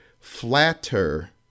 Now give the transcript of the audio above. flatter